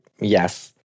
yes